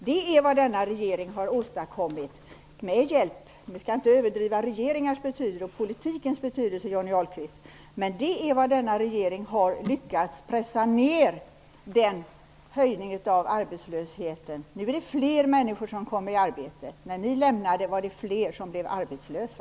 Det är vad denna regering har åstadkommit, med hjälp. Vi skall förvisso inte överdriva regeringars och politikens betydelse, Johnny Ahlqvist. Men detta är vad denna regering har lyckats pressa ned arbetslösheten till. Nu är det flera människor som får arbete. När ni lämnade regeringsansvaret var det flera som blev arbetslösa.